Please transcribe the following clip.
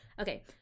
okay